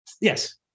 Yes